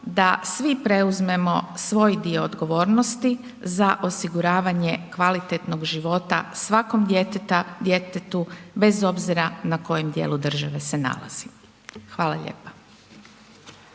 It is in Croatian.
da svi preuzmemo svoj dio odgovornosti za osiguravanje kvalitetnog života svakom djetetu bez obzira na kojem dijelu države se nalazi. Hvala lijepa.